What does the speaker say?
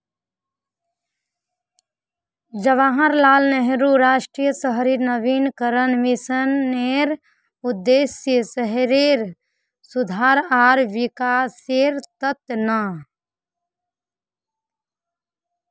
जवाहरलाल नेहरू राष्ट्रीय शहरी नवीकरण मिशनेर उद्देश्य शहरेर सुधार आर विकासेर त न